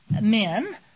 men